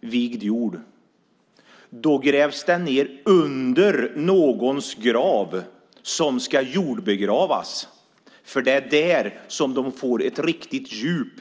vigd jord. Då grävs den ned under en grav där någon ska jordbegravas, för det är där som det är ett riktigt djup.